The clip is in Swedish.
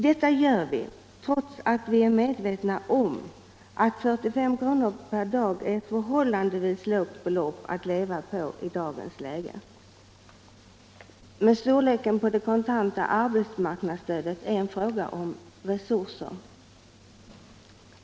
Detta gör vi trots att vi är medvetna om att 45 kr. per dag är ett 85 förhållandevis lågt belopp att leva på i dagens läge. Men storleken på det kontanta arbetsmarknadsstödet är en fråga om resurser.